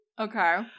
okay